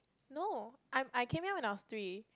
no I'm I came here when I was three